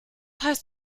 heißt